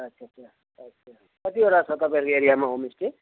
अच्छा अच्छा अच्छा कतिवटा छ तपाईँहरूको एरियामा होम स्टे